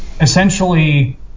essentially